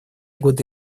годы